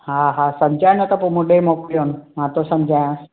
हा हा सम्झायो न त पोइ मूं ॾे मोकिलियुनि मां त सम्झायसि